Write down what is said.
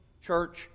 church